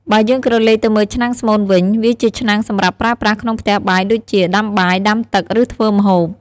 បើយើងក្រឡេកទៅមើលឆ្នាំងស្មូនវិញ វាជាឆ្នាំងសម្រាប់ប្រើប្រាស់ក្នុងផ្ទះបាយដូចជា ដាំបាយ ដាំទឹក ឬធ្វើម្ហូប។